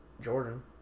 Jordan